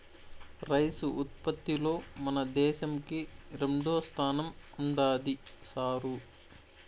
rice ఉత్పత్తిలో మన దేశంకి రెండోస్థానం ఉండాది సారూ